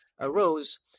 arose